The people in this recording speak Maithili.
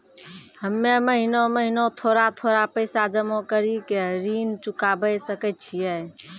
हम्मे महीना महीना थोड़ा थोड़ा पैसा जमा कड़ी के ऋण चुकाबै सकय छियै?